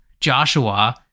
joshua